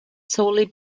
solely